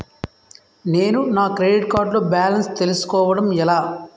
నేను నా credit card లో బాలన్స్ తెలుసుకోవడం ఎలా?